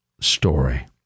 story